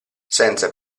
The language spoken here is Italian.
senza